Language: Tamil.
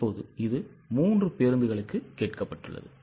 இப்போது இது 3 பேருந்துகளுக்கு கேட்கப்பட்டுள்ளது